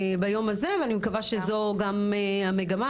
ביום הזה, ואני מקווה שזו גם המגמה.